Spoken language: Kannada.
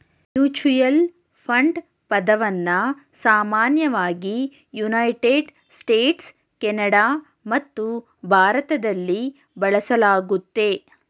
ಮ್ಯೂಚುಯಲ್ ಫಂಡ್ ಪದವನ್ನ ಸಾಮಾನ್ಯವಾಗಿ ಯುನೈಟೆಡ್ ಸ್ಟೇಟ್ಸ್, ಕೆನಡಾ ಮತ್ತು ಭಾರತದಲ್ಲಿ ಬಳಸಲಾಗುತ್ತೆ